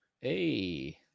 Hey